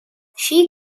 she